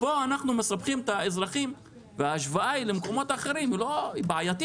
פה אנחנו מקפחים את האזרחים וההשוואה היא למקומות אחרים היא בעייתית.